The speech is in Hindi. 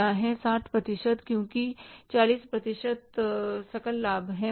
60 प्रतिशत क्योंकि 40 प्रतिशत सकल लाभ है